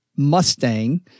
mustang